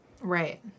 Right